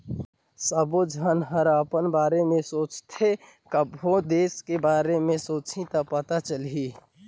सबो झन हर अपन बारे में सोचथें कभों देस के बारे मे सोंचहि त पता चलही